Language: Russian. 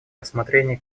рассмотрение